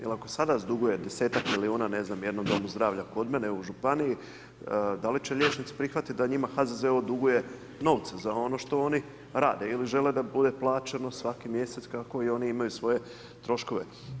Jer ako sada dugujete 10-tak milijuna ne znam jednom domu zdravlja, kod mene u županiji, da li će liječnici, prihvatiti da njima HZZO duguje novce za ono što oni rade, ili žele da bude plaćeno svaki mjesec, kako oni imaju svoje troškove.